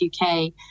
UK